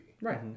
Right